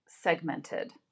segmented